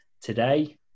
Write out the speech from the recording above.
Today